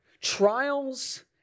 Trials